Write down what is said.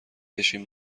بشین